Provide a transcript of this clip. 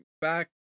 back